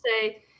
say